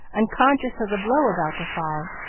unconscious of the blow about to fall,